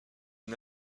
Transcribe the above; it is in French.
une